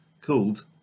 called